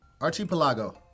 Archipelago